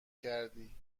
کردی